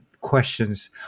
questions